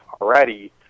already